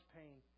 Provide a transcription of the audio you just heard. pain